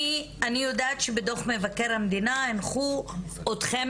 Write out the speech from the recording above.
אני יודעת שבדוח מבקר המדינה הנחו אתכם